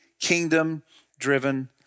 kingdom-driven